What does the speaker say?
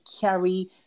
carry